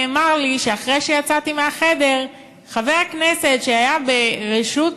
נאמר לי שאחרי שיצאתי מהחדר חבר הכנסת שהיה בראשות,